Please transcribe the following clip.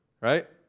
right